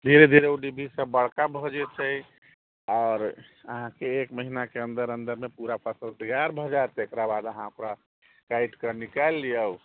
धीरे धीरे ओ डिब्भी सभ बड़का भऽ जेतै आओर अहाँके एक महिनाके अन्दर अन्दरमे पूरा फसल तैयार भऽ जाइत तकराबाद अहाँ ओकरा काटिकऽ निकालि लिअ